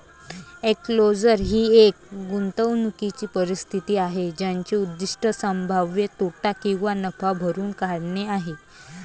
enclosure ही एक गुंतवणूकीची परिस्थिती आहे ज्याचे उद्दीष्ट संभाव्य तोटा किंवा नफा भरून काढणे आहे